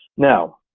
now,